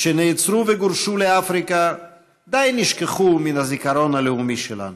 שנעצרו וגורשו לאפריקה די נשכחו מהזיכרון הלאומי שלנו.